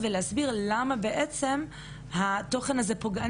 זה צעד ראשון וממש התחלתי בעניין,